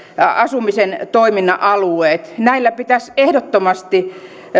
asumisen toiminnan alueet näissä pitäisi ehdottomasti